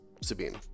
Sabine